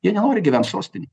jie nenori gyvent sostinėj